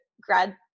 grad